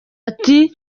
ati